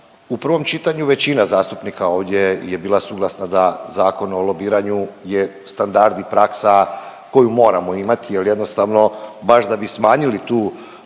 U prvom čitanju većina zastupnika ovdje je bila suglasna da Zakon o lobiranju je standard i praksa koju moramo imati jer jednostavno baš da bi smanjili tu,